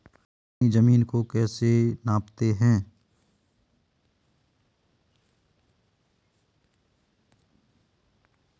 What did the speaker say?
अपनी जमीन को कैसे नापते हैं?